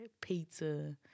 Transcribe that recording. pizza